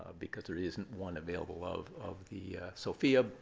because there isn't one available of of the sophia.